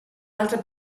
altre